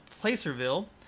Placerville